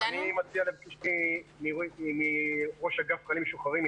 אני מציע שתתחילי עם ראש אגף חיילים משוחררים,